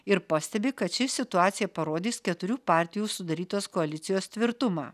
ir pastebi kad ši situacija parodys keturių partijų sudarytos koalicijos tvirtumą